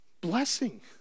blessing